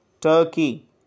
Turkey